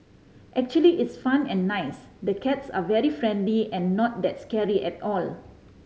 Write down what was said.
actually it's fun and nice the cats are very friendly and not that scary at all